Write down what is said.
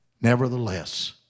Nevertheless